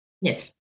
Yes